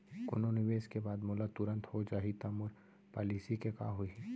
कोनो निवेश के बाद मोला तुरंत हो जाही ता मोर पॉलिसी के का होही?